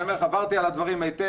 אני אומר לך שעברתי על הדברים היטב,